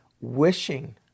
wishing